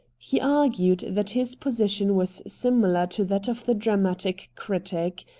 he argued that his position was similar to that of the dramatic critic.